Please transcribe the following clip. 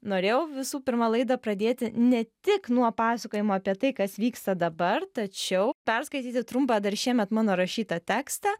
norėjau visų pirma laidą pradėti ne tik nuo pasakojimo apie tai kas vyksta dabar tačiau perskaityti trumpą dar šiemet mano rašytą tekstą